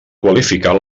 qualificar